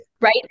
Right